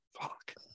Fuck